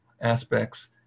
aspects